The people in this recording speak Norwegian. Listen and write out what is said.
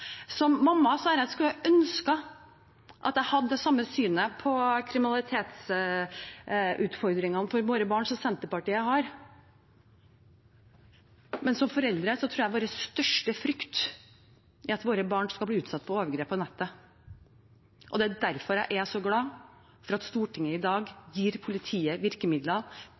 jeg ønske at jeg hadde det samme synet på kriminalitetsutfordringene for våre barn som Senterpartiet har, men som foreldre tror jeg vår største frykt er at våre barn skal bli utsatt for overgrep på nettet. Det er derfor jeg er så glad for at Stortinget i dag gir politiet virkemidler